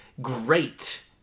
great